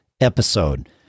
episode